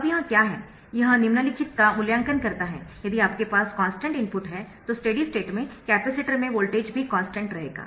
अब यह क्या है यह निम्नलिखित का मूल्यांकन करता है यदि आपके पास कॉन्स्टन्ट इनपुट है तो स्टेडी स्टेट में कैपेसिटर में वोल्टेज भी कॉन्स्टन्ट रहेगा